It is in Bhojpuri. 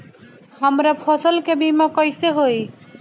हमरा फसल के बीमा कैसे होई?